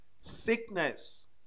sickness